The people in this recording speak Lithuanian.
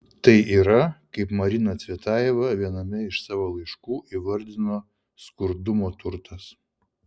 tai yra kaip marina cvetajeva viename iš savo laiškų įvardino skurdumo turtas